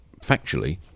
factually